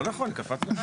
לא נכון, קפצנו.